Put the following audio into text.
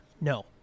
No